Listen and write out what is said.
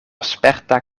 sperta